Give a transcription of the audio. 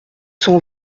cent